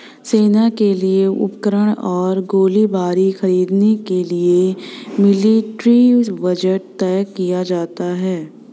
सेना के लिए उपकरण और गोलीबारी खरीदने के लिए मिलिट्री बजट तय किया जाता है